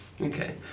Okay